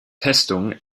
festung